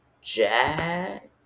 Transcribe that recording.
Jack